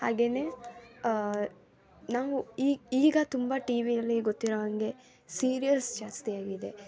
ಹಾಗೆಯೇ ನಾವು ಈಗ ತುಂಬ ಟಿವಿಯಲ್ಲಿ ಗೊತ್ತಿರೊ ಹಂಗೆ ಸೀರಿಯಲ್ಸ್ ಜಾಸ್ತಿಯಾಗಿದೆ